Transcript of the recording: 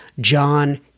John